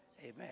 amen